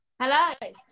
Hello